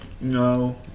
No